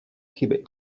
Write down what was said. chyby